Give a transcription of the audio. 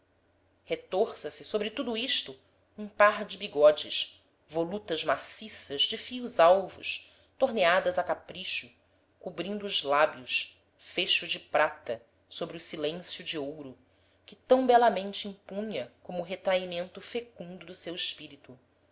golias retorça se sobre tudo isto um par de bigodes volutas maciças de fios alvos torneadas a capricho cobrindo os lábios fecho de prata sobre o silêncio de ouro que tão belamente impunha como o retraimento fecundo do seu espírito